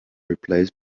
replaced